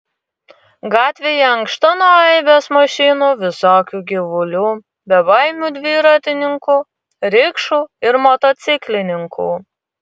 gatvėje ankšta nuo aibės mašinų visokių gyvulių bebaimių dviratininkų rikšų ir motociklininkų